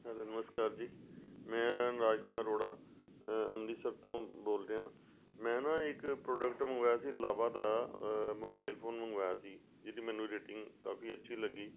hello ਨਮਸਕਾਰ ਜੀ ਮੈਂ ਰਾਜ ਕੁਮਾਰ ਅਰੋੜਾ ਅੰਮ੍ਰਿਤਸਰ ਤੋਂ ਬੋਲ ਰਿਹਾ ਮੈਂ ਨਾ ਇੱਕ ਪ੍ਰੋਡਕਟ ਮੰਗਵਾਇਆ ਸੀ ਲਾਵਾ ਦਾ ਮੋਬਾਈਲ ਫੋਨ ਮੰਗਵਾਇਆ ਸੀ ਜਿਹਦੀ ਮੈਨੂੰ ਰੇਟਿੰਗ ਕਾਫੀ ਅੱਛੀ ਲੱਗੀ